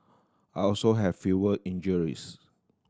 I also have fewer injuries